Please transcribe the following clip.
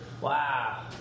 Wow